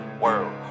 world